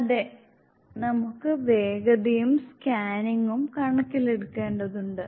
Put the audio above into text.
അതെ നമുക്ക് വേഗതയും സ്കാനിംഗും കണക്കിലെടുക്കേണ്ടതുണ്ട്